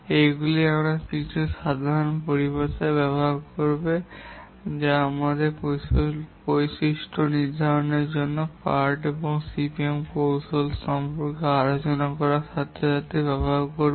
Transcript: এগুলি কয়েকটি সাধারণ পরিভাষা যা ব্যবহার করবে আমরা প্রকল্পের বৈশিষ্ট্য নির্ধারণের জন্য পার্ট সিপিএম কৌশল সম্পর্কে আলোচনা করার সাথে সাথে ব্যবহার করব